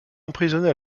emprisonné